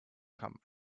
come